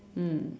mm